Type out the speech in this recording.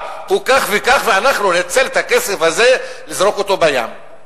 הוא כך וכך ואנחנו ננצל את הכסף הזה לזרוק אותו בים.